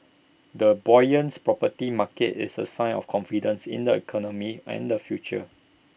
A buoyant property market is A sign of confidence in the economy and the future